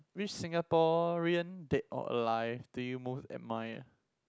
which Singaporean dead or alive do you most admire